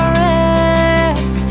rest